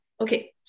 Okay